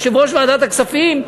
יושב-ראש ועדת הכספים,